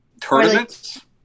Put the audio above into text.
Tournaments